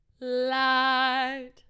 light